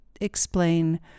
explain